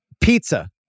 Pizza